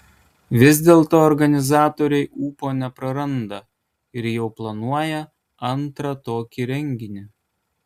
vis dėlto organizatoriai ūpo nepraranda ir jau planuoja antrą tokį renginį